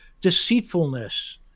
Deceitfulness